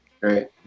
right